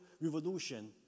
Revolution